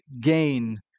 gain